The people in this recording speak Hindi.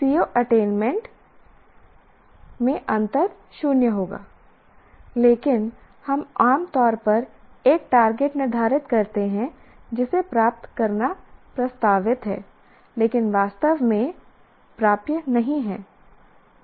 CO अटेनमेंट में अंतर 0 होगा लेकिन हम आम तौर पर एक टारगेट निर्धारित करते हैं जिसे प्राप्त करना प्रस्तावित है लेकिन वास्तव में प्राप्य नहीं है